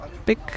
big